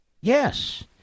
Yes